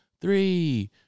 three